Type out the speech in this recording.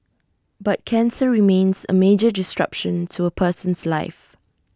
but cancer remains A major disruption to A person's life